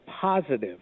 positive